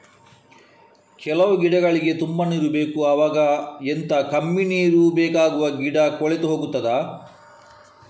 ಕೆಲವು ಗಿಡಗಳಿಗೆ ತುಂಬಾ ನೀರು ಬೇಕು ಅವಾಗ ಎಂತ, ಕಮ್ಮಿ ನೀರು ಬೇಕಾಗುವ ಗಿಡ ಕೊಳೆತು ಹೋಗುತ್ತದಾ?